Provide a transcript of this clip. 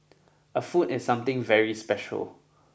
a foot is something very special